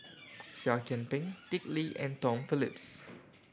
Seah Kian Peng Dick Lee and Tom Phillips